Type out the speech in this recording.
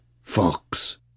fox